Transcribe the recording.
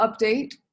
update